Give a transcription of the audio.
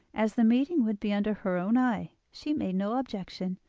as the meeting would be under her own eye, she made no objection,